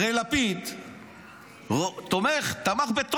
הרי לפיד גם תמך בחוק בטרומית,